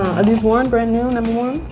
are these worn, brand new, never worn?